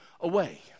away